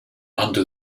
under